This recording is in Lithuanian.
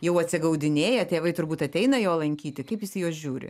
jau atsigaudinėja tėvai turbūt ateina jo lankyti kaip jis į juos žiūri